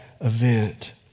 event